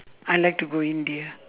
I like to go india